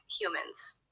humans